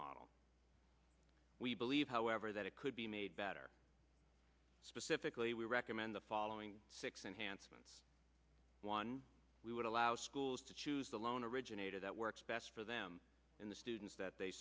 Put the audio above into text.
model we believe however that it could be made better specifically we recommend the following six enhancements one we would allow schools to choose the loan originator that works best for them in the students that they